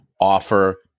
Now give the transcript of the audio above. offer